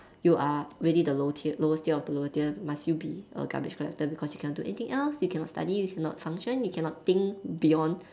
you are really the low tier lowest tier of the lowest tier must you be a garbage collector because you cannot do anything else you cannot study you cannot function you cannot think beyond